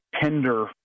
tender